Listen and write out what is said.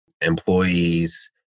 employees